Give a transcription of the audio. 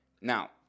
Now